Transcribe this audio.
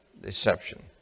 Deception